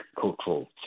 cultural